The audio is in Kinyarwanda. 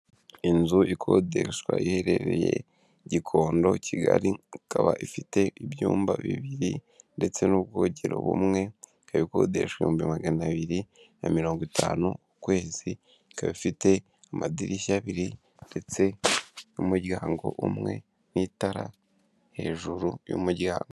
Inzu ikodeshwa iherereye gikondo kigali, ikaba ifite ibyumba bibiri ndetse n'ubwogero bumwe. Ikaba ikode ibihumbi maganabiri na mirongwitanu ku kwezi ikaba iifite amadirishya abiri ndetse n'umuryango umwe, n'itara hejuru y'umuryango.